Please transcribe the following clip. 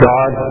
God